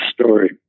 story